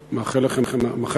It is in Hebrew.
אני מאחל להם הצלחה.